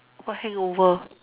what hangover